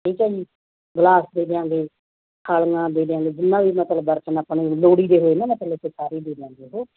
ਠੀਕ ਹੈ ਜੀ ਗਲਾਸ ਦੇ ਦਿਆਂਗੇ ਥਾਲੀਆਂ ਦੇ ਦਿਆਂਗੇ ਜਿੰਨਾਂ ਵੀ ਮਤਲਬ ਬਰਤਨ ਆਪਾਂ ਨੂੰ ਲੋੜੀਦੇ ਹੋਏ ਨਾ ਮਤਲਬ ਕਿ ਸਾਰੇ ਦੇ ਦਿਆਂਗੇ ਉਹ